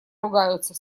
ругаются